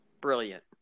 Brilliant